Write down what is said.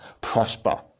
prosper